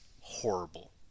horrible